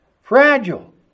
Fragile